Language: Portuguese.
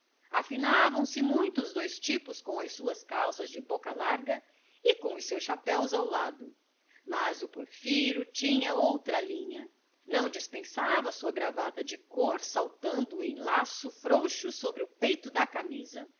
o cabelo encarapinhado tipógrafo afinavam se muito os dois tipos com as suas calças de boca larga e com os seus chapéus ao lado mas o porfiro tinha outra linha não dispensava a sua gravata de cor saltando em laço frouxo sobre o peito da camisa